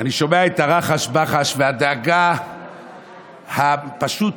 אני שומע את הרחש-בחש והדאגה פשוט,